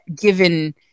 given